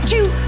Two